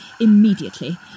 immediately